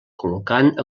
col·locant